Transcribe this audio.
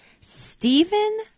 Stephen